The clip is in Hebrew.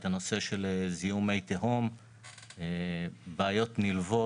את הנושא של זיהום מי תהום ובעיות נלוות.